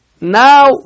Now